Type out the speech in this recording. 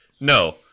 No